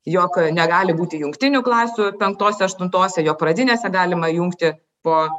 jog negali būti jungtinių klasių penktose aštuntose jog pradinėse galima jungti po